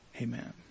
Amen